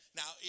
now